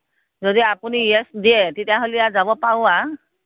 যদি আপুনি ইয়েছ দিয়ে তেতিয়াহ'লে আৰু যাব পাৰোঁ আৰু